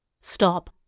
Stop